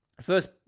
first